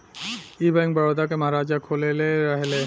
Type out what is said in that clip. ई बैंक, बड़ौदा के महाराजा खोलले रहले